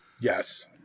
Yes